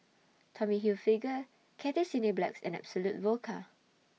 Tommy Hilfiger Cathay Cineplex and Absolut Vodka